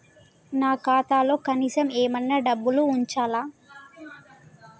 నా ఖాతాలో కనీసం ఏమన్నా డబ్బులు ఉంచాలా?